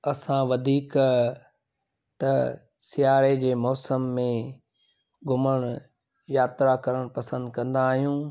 असां वधीक त सीआरे जे मौसम में घुमण यात्रा करण पसंदि कंदा आहियूं